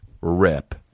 rip